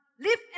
live